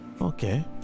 Okay